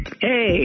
Hey